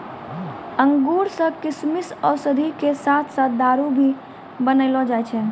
अंगूर सॅ किशमिश, औषधि के साथॅ साथॅ दारू भी बनैलो जाय छै